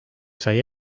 sai